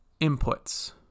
inputs